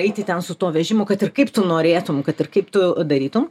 eiti ten su tuo vežimu kad ir kaip tu norėtum kad ir kaip tu darytum